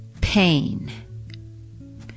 pain